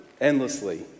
endlessly